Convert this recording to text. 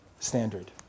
Standard